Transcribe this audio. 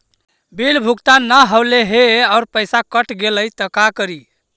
Bill भुगतान न हौले हे और पैसा कट गेलै त का करि?